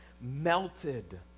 melted